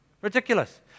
Ridiculous